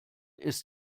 ist